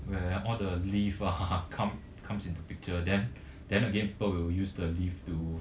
where all the leave ah come comes into picture then then again people will use the leave to